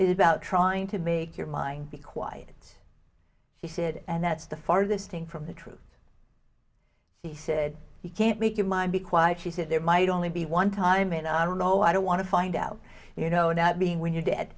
is about trying to make your mind be quiet he said and that's the farthest thing from the truth he said you can't make your mind be quiet she said there might only be one time and i don't know i don't want to find out you know not being when you're dead